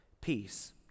Peace